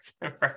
Right